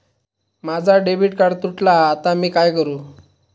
माझा debit card तुटला हा आता मी काय करू?